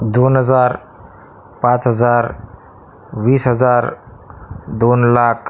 दोन हजार पाच हजार वीस हजार दोन लाख